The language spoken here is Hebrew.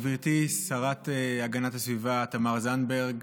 גברתי השרה להגנת הסביבה תמר זנדברג,